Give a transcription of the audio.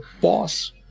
boss